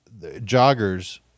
joggers